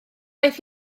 aeth